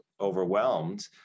overwhelmed